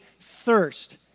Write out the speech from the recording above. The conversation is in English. thirst